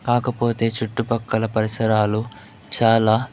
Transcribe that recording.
కాకపోతే చుట్టుపక్కల పరిసరాలు చాలా